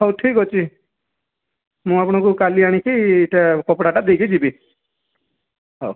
ହଉ ଠିକ୍ ଅଛି ମୁଁ ଆପଣଙ୍କୁ କାଲି ଆଣିକି ଏଟା କପଡ଼ାଟା ଦେଇକି ଯିବି ହଉ